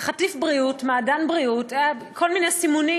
"חטיף בריאות", "מעדן בריאות", כל מיני סימונים.